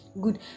good